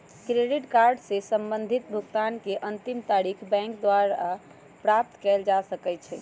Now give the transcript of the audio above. credit card से संबंधित भुगतान के अंतिम तारिख बैंक द्वारा प्राप्त कयल जा सकइ छइ